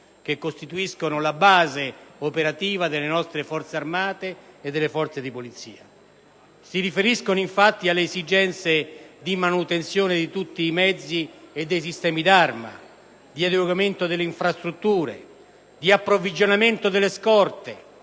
che costituiscono la base operativa delle nostre Forze armate e delle forze di Polizia. Si riferiscono, infatti, alle esigenze di manutenzione di tutti i mezzi e dei sistemi d'arma, di adeguamento delle infrastrutture, di approvvigionamento delle scorte,